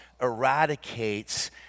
eradicates